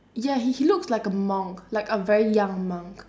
ya he he looks like a monk like a very young monk